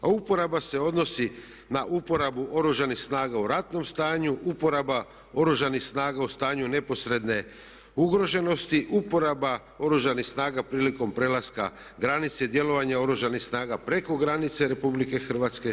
A uporaba se odnosi na uporabu Oružanih snaga u ratnom stanju, uporaba Oružanih snaga u stanju neposredne ugroženosti, uporaba Oružanih snaga prilikom prelaska granice i djelovanja Oružanih snaga preko granica Republike Hrvatske.